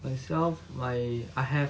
myself my I have